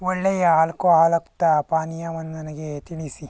ಒಳ್ಳೆಯ ಆಲ್ಕೊ ಹಾಲುಕ್ತ ಪಾನೀಯವನ್ನು ನನಗೆ ತಿಳಿಸಿ